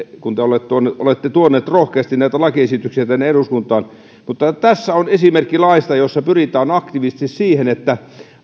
kun te olette tuonut olette tuonut rohkeasti näitä lakiesityksiä tänne eduskuntaan tässä on esimerkki laista jossa pyritään aktiivisesti siihen että